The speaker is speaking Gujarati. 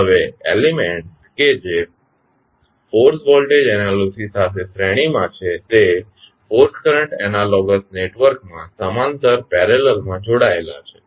હવે એલીમેન્ટ્સ કે જે ફોર્સ વોલ્ટેજ એનાલોજી સાથે શ્રેણી માં છે તે ફોર્સ કરંટ એનાલોગસ નેટવર્ક માં સમાંતર માં જોડાયેલા છે